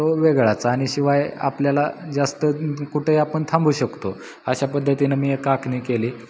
तो वेगळाच आणि शिवाय आपल्याला जास्त कुठेही आपण थांबू शकतो अशा पद्धतीने मी एक आखणी केली